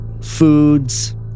foods